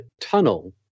tunnel